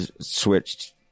switched